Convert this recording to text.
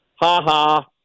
Ha-ha